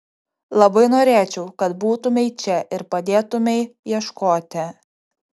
labai norėčiau kad būtumei čia ir padėtumei ieškoti